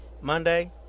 Monday